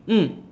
mm